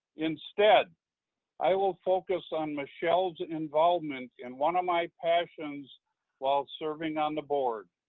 instead i will focus on michelle's involvement in one of my passions while serving on the board,